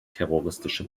terroristische